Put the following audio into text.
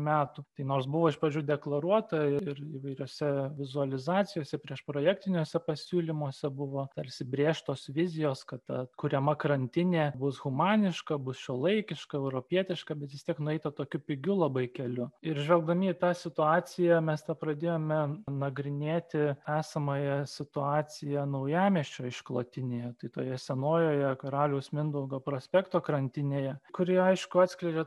metų tai nors buvo iš pradžių deklaruota ir įvairiose vizualizacijose prieš projektiniuose pasiūlymuose buvo tarsi brėžtos vizijos kad atkuriama krantinė bus humaniška bus šiuolaikiška europietiška bet vis tiek nueita tokiu pigiu labai keliu ir žvelgdami į tą situaciją mes pradėjome nagrinėti esamąją situaciją naujamiesčio išklotinėje tai toje senojoje karaliaus mindaugo prospekto krantinėje kuri aišku atskleidžia